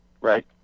right